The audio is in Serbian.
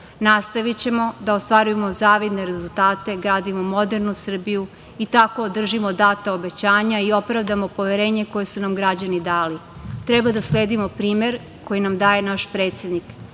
Nastavićemo da ostvarujemo zavidne rezultate, gradimo modernu Srbiju i tako održimo data obećanja i opravdamo poverenje koje su nam građani dali. Treba da sledimo primer koji nam daje naš predsednik